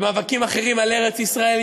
במאבקים אחרים על ארץ-ישראל,